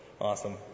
Awesome